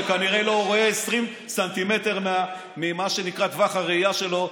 שכנראה לא רואה 20 ס"מ מטווח הראייה שלו,